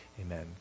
amen